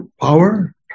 power